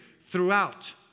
throughout